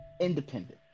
independent